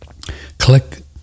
click